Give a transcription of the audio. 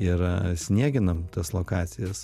ir snieginam tas lokacijas